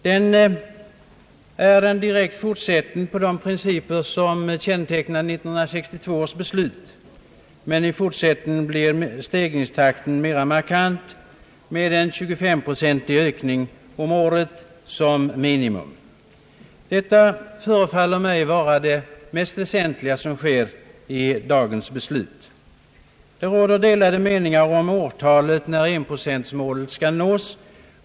Den är en direkt fortsättning på de principer som kännetecknar 1962 års beslut, men i fortsättningen blir steg ringstakten mera markant, med en 25 procentig ökning om året som minimum. Detta förefaller mig vara det mest väsentliga som sker genom dagens beslut. Det råder delade meningar om vid vilket årtal enprocenttalet skall nås.